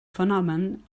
fenomen